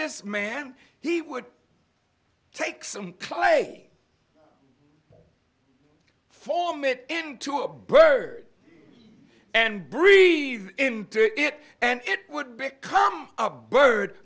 this man he would take some clay form it into a bird and breed into it and it would become a bird